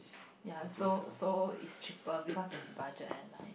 ya so so it's cheaper because there's budget airline